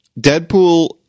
Deadpool